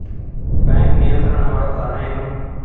Bank ನಿಯಂತ್ರಣ ಮಾಡೊ ಕಾರ್ಣಾ ಎನು?